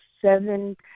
seven